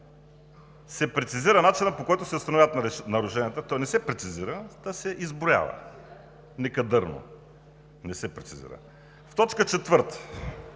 се прецизира начинът, по който се установяват нарушенията. То не се прецизира, а се изброява. Некадърно! Не се прецизира! В т. 4 се